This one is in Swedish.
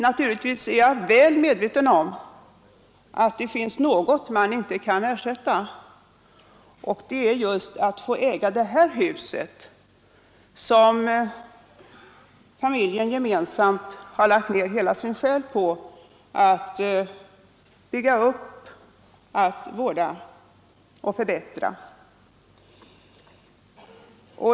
Naturligtvis är jag väl medveten om att det finns något man inte kan ersätta, nämligen rätten att få äga just det här huset som familjen gemensamt lagt ner hela sin själ på att bygga upp, vårda och förbättra.